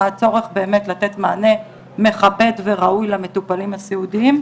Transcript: יש צורך לתת באמת מענה מכבד וראוי למטופלים הסיעודיים,